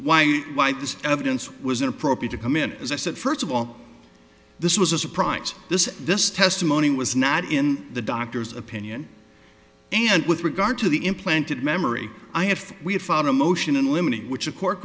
why why this evidence was inappropriate to come in as i said first of all this was a surprise this this testimony was not in the doctor's opinion and with regard to the implanted memory i have we have filed a motion in limine in which a court